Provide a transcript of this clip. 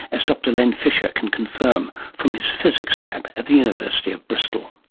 as dr len fisher can confirm from his physics lab at the university of bristol.